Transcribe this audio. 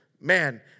man